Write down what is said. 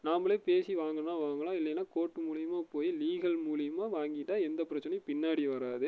நாமளே பேசி வாங்கணுன்னாலும் வாங்கலாம் இல்லேனா கோர்ட் மூலியமாக போய் லீகல் மூலியமாக வாங்கிட்டால் எந்த பிரச்சனையும் பின்னாடி வராது